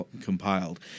compiled